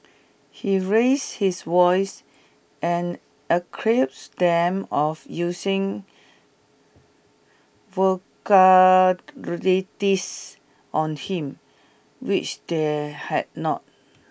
he raised his voice and accused them of using on him which they had not